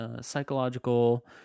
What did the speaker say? psychological